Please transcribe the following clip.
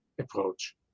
approach